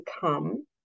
come